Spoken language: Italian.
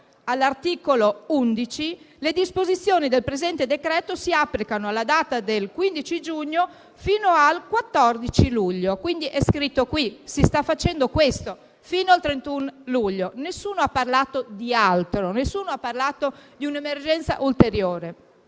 si dice che le disposizioni del decreto si applicano alla data del 15 giugno fino al 14 luglio. Si sta facendo questo fino al 31 luglio. Nessuno ha parlato di altro, nessuno ha parlato di un'emergenza ulteriore.